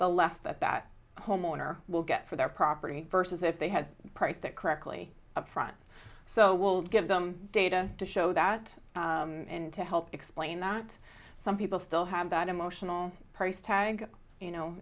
the less that that homeowner will get for their property versus if they had priced that correctly up front so will give them data to show that and to help explain that some people still have that emotional price tag you know